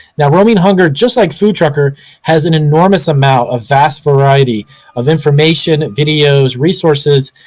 now roaming hunger, just like foodtruckr, has an enormous amount, a vast variety of information, videos, resources,